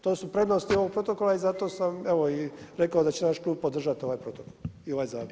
To su prednosti ovog protokola i zato sam evo, i rekao da će naš klub podržati ovaj protokol i ovaj zakon.